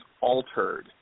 altered